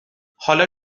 حالا